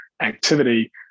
activity